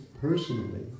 personally